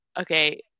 Okay